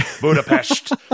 Budapest